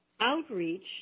outreach